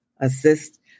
assist